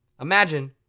Imagine